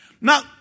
Now